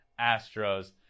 Astros